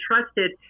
trusted